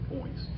points